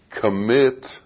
commit